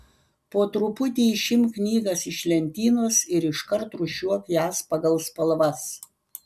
po truputį išimk knygas iš lentynos ir iškart rūšiuok jas pagal spalvas